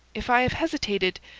if i have hesitated,